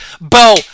Bo